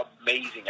amazing